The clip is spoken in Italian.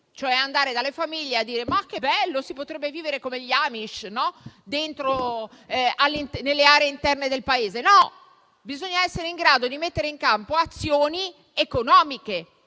dicendo alle famiglie che sarebbe bello vivere come gli Amish nelle aree interne del Paese. No: bisogna essere in grado di mettere in campo azioni economiche,